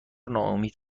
ناامید